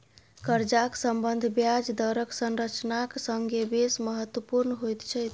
कर्जाक सम्बन्ध ब्याज दरक संरचनाक संगे बेस महत्वपुर्ण होइत छै